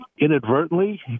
inadvertently